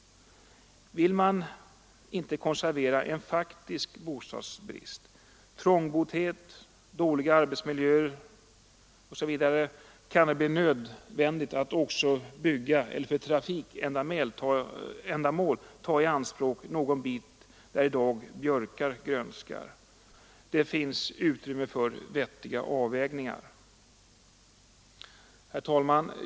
Vill man inte konservera en faktisk bostadsbrist, trångboddhet och dåliga arbetsmiljöer, kan det bli nödvändigt att också bygga eller för trafikändamål ta i anspråk någon bit där i dag björkar grönskar. Det finns utrymme för vettiga avvägningar. Herr talman!